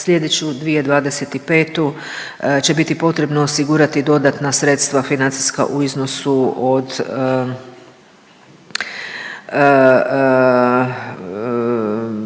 slijedeću 2025. će biti potrebno osigurati dodatna sredstva financijska u iznosu od